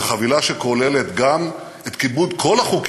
זו חבילה שכוללת גם את כיבוד כל החוקים,